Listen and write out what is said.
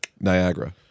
Niagara